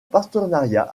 partenariat